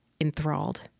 enthralled